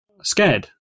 scared